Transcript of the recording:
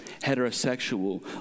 heterosexual